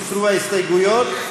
הוסרו ההסתייגויות,